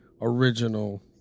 original